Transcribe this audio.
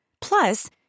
Plus